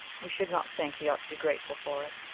we should not think he ought to be grateful for it.